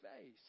face